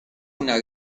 una